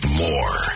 more